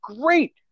great